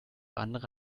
andere